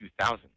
2000